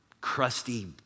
crusty